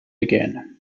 again